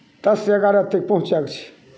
दससँ एगारह तक पहुँचैक छै